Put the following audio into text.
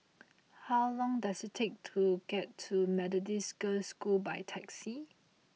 how long does it take to get to Methodist Girls' School by taxi